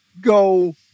go